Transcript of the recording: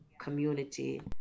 community